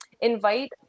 invite